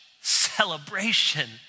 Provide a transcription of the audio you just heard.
celebration